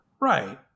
right